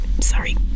Sorry